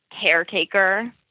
caretaker